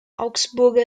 augsburger